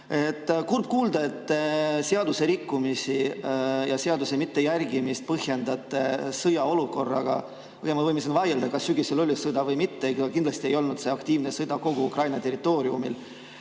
Kurb kuulda, et seaduse rikkumist ja seaduse mittejärgimist te põhjendate sõjaolukorraga. Me võime siin vaielda, kas sügisel oli sõda või mitte, kindlasti ei olnud see aktiivne sõda kogu Ukraina territooriumil.